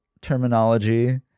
terminology